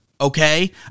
Okay